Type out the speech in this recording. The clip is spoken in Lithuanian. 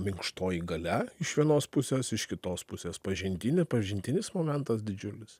minkštoji galia iš vienos pusės iš kitos pusės pažindinė pažintinis momentas didžiulis